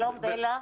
שלום בלה.